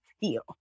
feel